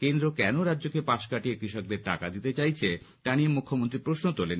কেন্দ্র কেন রাজ্যকে পাশ কাটিয়ে কৃষকদের টাকা দিতে চাইছে তা নিয়ে মুখ্যমন্ত্রী প্রশ্ন তোলেন